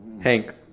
Hank